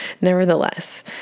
nevertheless